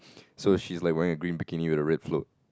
so she's like wearing a green bikini with a red float